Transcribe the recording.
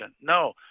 No